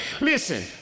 Listen